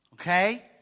Okay